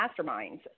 masterminds